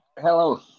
Hello